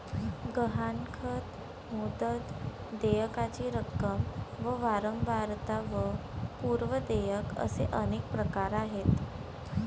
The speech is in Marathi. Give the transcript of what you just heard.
गहाणखत, मुदत, देयकाची रक्कम व वारंवारता व पूर्व देयक असे अनेक प्रकार आहेत